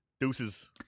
Deuces